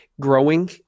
growing